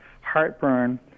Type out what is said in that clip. heartburn